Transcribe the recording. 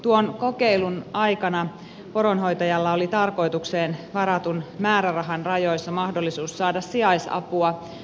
tuon kokeilun aikana poronhoitajalla oli tarkoitukseen varatun määrärahan rajoissa mahdollisuus saada sijaisapua työkyvyttömyyden perusteella